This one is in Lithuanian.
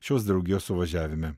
šios draugijos suvažiavime